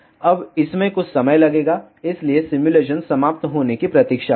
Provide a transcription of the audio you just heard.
अब इसमें कुछ समय लगेगा इसलिए सिमुलेशन समाप्त होने की प्रतीक्षा करें